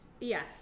Yes